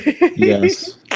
yes